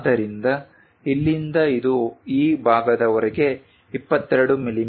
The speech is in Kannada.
ಆದ್ದರಿಂದ ಇಲ್ಲಿಂದ ಇದು ಈ ಭಾಗದವರೆಗೆ 22 ಮಿ